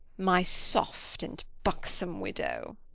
my soft and buxom widow.